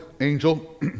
angel